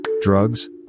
drugs